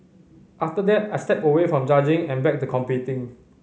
after that I stepped away from judging and back to competing